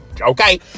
Okay